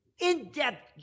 in-depth